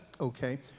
Okay